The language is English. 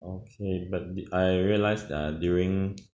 okay but the I realised uh during